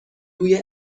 بوی